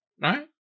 Right